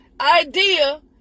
idea